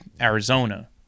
Arizona